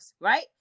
right